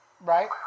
Right